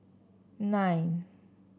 nine